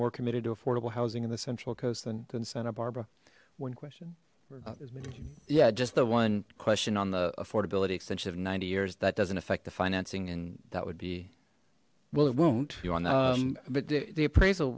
more committed to affordable housing in the central coast and in santa barbara one question yeah just the one question on the affordability extension of ninety years that doesn't affect the financing and that would be well it won't you wanna but the appraisal